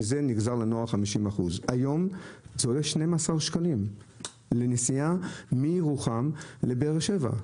מזה נגזר לנוער 50%. היום זה עולה 12 שקלים לנסיעה מירוחם לבאר שבע.